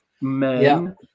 Men